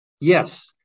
Yes